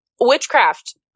witchcraft